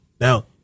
Now